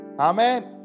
Amen